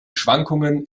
schwankungen